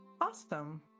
Awesome